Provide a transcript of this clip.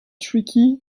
tricky